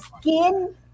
skin